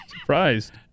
Surprised